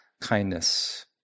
kindness